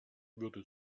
würde